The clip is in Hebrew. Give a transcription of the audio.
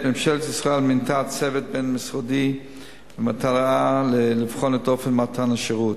ממשלת ישראל מינתה צוות בין-משרדי במטרה לבחון את אופן מתן השירות.